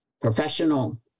professional